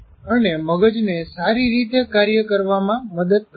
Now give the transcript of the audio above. અને મગજને સારી રીતે કાર્ય કરવામાં મદદ કરે છે